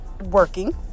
working